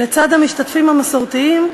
לצד המשתתפים המסורתיים,